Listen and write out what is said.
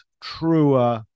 truer